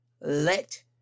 Let